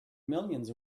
millions